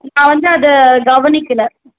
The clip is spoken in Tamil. நான் வந்து அதை கவனிக்கல